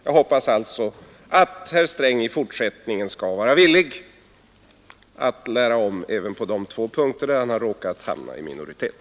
Jag hoppas alltså att herr Sträng i fortsättningen skall vara villig att lära om på de två punkter där han råkat hamna i minoritet.